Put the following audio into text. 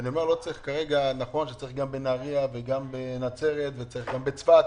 נכון שצריך גם בנהריה ובנצרת ובצפת,